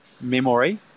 memory